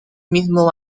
mismo